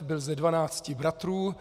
Byl ze dvanácti bratrů.